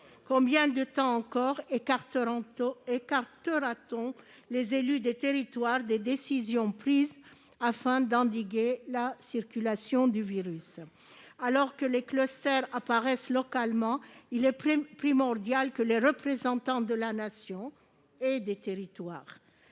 Combien de temps encore écartera-t-on les élus des territoires des décisions prises afin d'endiguer la circulation du virus ? Alors que les foyers épidémiques apparaissent localement, il est primordial que les représentants de la Nation et des territoires,